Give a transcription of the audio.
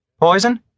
Poison